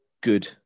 good